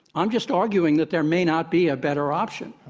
i'm just arguing that there may not be a better option.